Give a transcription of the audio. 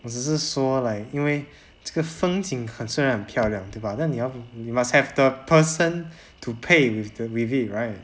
我只是说 like 因为这个风景很虽然很漂亮对吧那你要你 you must have the person to 配 with the with it right